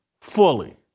fully